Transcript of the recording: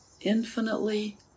infinitely